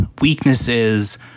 weaknesses